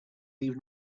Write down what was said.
even